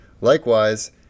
Likewise